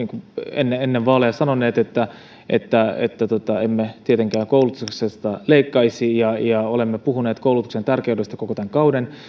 ennen ennen vaaleja sanoneet että että emme tietenkään koulutuksesta leikkaisi ja ja olemme puhuneet koulutuksen tärkeydestä koko tämän kauden